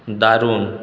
দারুন